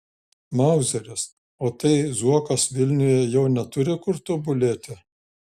mauzeris o tai zuokas vilniuje jau neturi kur tobulėti